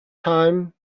time